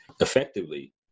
effectively